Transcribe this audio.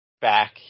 back